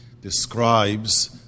describes